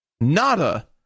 Nada